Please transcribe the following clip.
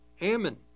Ammon